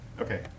Okay